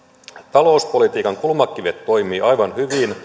talouspolitiikan kulmakivet toimivat aivan hyvin